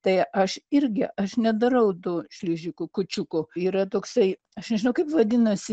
tai aš irgi aš nedarau tų šližikų kūčiukų yra toksai aš nežinau kaip vadinasi